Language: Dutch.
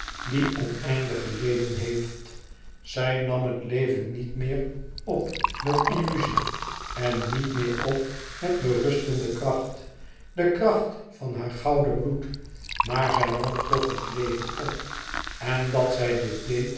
die oneindig geleden heeft zij nam het leven niet meer op met illuzie en niet meer op met berustende kracht de kracht van haar gouden bloed maar zij nam tch het leven op en dat zij dit deed